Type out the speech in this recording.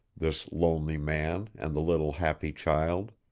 this lonely man and the little happy child.